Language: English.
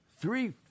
three